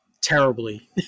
terribly